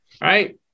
right